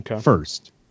first